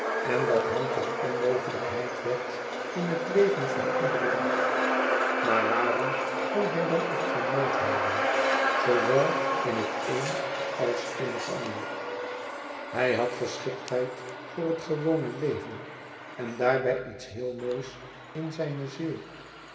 en dat hem tot onmogelijkheid werd in het leven van iederen dag maar waarom kon hij dan ook geen maat houden zoowel in het een als in het ander hij had geschiktheid voor het gewone leven en daarbij iets heel moois in zijne ziel